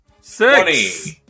Six